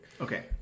Okay